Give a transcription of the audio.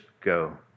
go